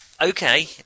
Okay